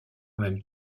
même